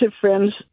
friends